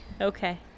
Okay